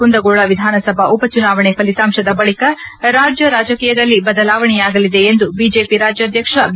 ಕುಂದಗೋಳ ವಿಧಾನಸಭಾ ಉಪ ಚುನಾವಣೆ ಥಲಿತಾಂಶದ ಬಳಿಕ ರಾಜ್ಯ ರಾಜಕೀಯದಲ್ಲಿ ಬದಲಾವಣೆಯಾಗಲಿದೆ ಎಂದು ಬಿಜೆಪಿ ರಾಜ್ಯಾದ್ಯಕ್ಷ ಬಿ